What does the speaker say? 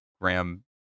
Graham